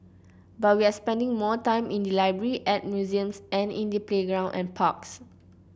but we are spending more time in the library at museums and in the playgrounds and parks